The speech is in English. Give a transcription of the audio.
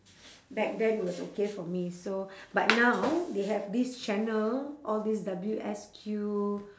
back then it was okay for me so but now they have this channel all these W_S_Q